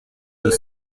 deux